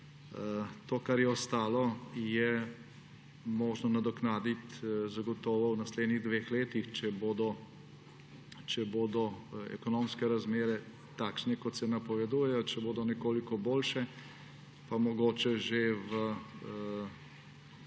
To, kar je ostalo, je možno nadoknaditi zagotovo v naslednjih dveh letih, če bodo ekonomske razmere takšne, kot se napovedujejo, če bodo nekoliko boljše, pa mogoče že v letošnjem